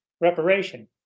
reparation